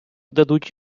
дадуть